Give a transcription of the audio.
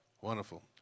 Wonderful